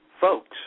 folks